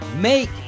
Make